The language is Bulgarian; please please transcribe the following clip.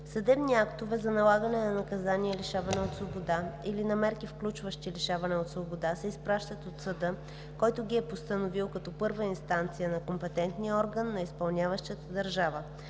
Съдебни актове за налагане на наказание лишаване от свобода или на мерки, включващи лишаване от свобода, се изпращат от съда, който ги е постановил като първа инстанция на компетентния орган на изпълняващата държава.